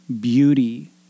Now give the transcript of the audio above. beauty